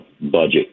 budget